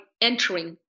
entering